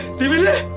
the village